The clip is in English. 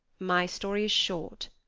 my story is short,